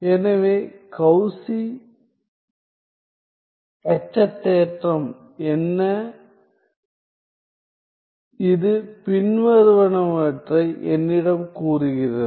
எனவேகௌசி எச்சத் தேற்றம் என்ன இது பின்வருவனவற்றை என்னிடம் கூறுகிறது